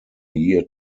year